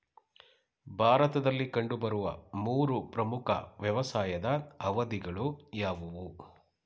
ಭಾರತದಲ್ಲಿ ಕಂಡುಬರುವ ಮೂರು ಪ್ರಮುಖ ವ್ಯವಸಾಯದ ಅವಧಿಗಳು ಯಾವುವು?